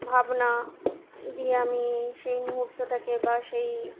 ভাবনা দিয়ে আমি সেই মুহুর্তটাকে বা সেই